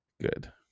good